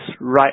right